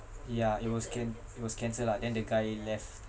yeah it was can~ it was cancelled lah then the guy left